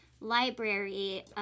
library